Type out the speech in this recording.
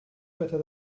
better